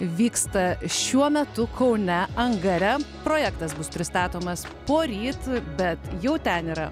vyksta šiuo metu kaune angare projektas bus pristatomas poryt bet jau ten yra